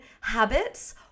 habits